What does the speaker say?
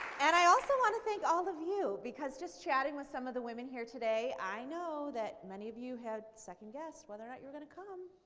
and i also want to thank all of you because just chatting with some of the women here today i know that many of you had second guessed whether or not you were going to come,